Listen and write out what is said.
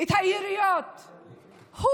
היריות,